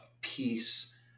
peace